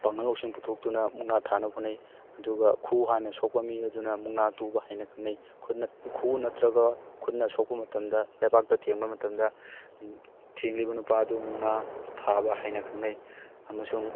ꯄꯥꯡꯒꯜ ꯂꯧꯁꯤꯡ ꯄꯨꯊꯣꯛꯇꯨꯅ ꯃꯨꯛꯅꯥ ꯊꯥꯅꯕ ꯍꯣꯠꯅꯩ ꯑꯗꯨꯒ ꯈꯨꯎ ꯍꯥꯟꯅ ꯁꯣꯛꯄ ꯃꯤ ꯑꯗꯨꯅ ꯃꯨꯛꯅꯥ ꯇꯨꯕ ꯍꯥꯏꯅ ꯈꯪꯅꯩ ꯈꯨꯠꯅ ꯈꯨꯎꯅ ꯅꯠꯇ꯭ꯔꯒ ꯈꯨꯠꯅ ꯁꯣꯛꯄ ꯃꯇꯝꯗ ꯂꯩꯄꯥꯛꯇ ꯊꯦꯡꯕ ꯃꯇꯝꯗ ꯊꯦꯡꯂꯤꯕ ꯅꯨꯄꯥ ꯑꯗꯨ ꯃꯨꯛꯅꯥ ꯊꯥꯕ ꯍꯥꯏꯅ ꯈꯪꯅꯩ ꯑꯃꯁꯨꯡ